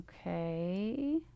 Okay